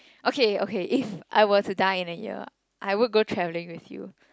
okay okay if I were to die in a year I would go travelling with you